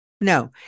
No